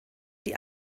die